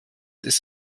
ist